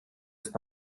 ist